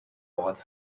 اوقات